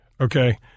Okay